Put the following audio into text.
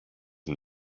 and